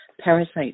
parasite